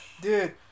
Dude